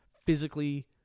physically